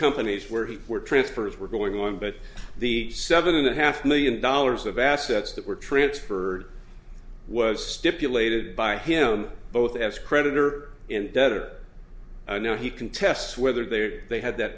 companies where he were transfers were going on but the seven and a half million dollars of assets that were transferred was stipulated by him both as creditor and debtor no he contests whether they they had that